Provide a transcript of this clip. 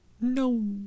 no